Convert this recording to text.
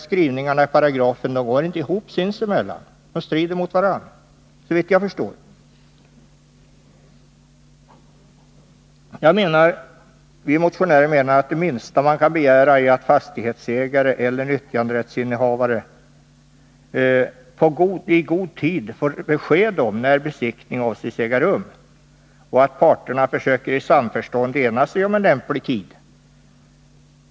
Skrivningarna i paragrafen i fråga strider så vitt jag förstår mot varandra. Vi motionärer anser att det minsta man kan begära är att fastighetsägare eller nyttjanderättsinnehavare i god tid får besked om när besiktning avses äga rum och att parterna i samförstånd försöker ena sig om en lämplig tidpunkt.